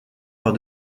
par